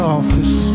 office